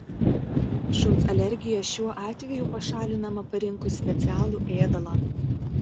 šuns alergija šiuo atveju pašalinama parinkus specialų ėdalą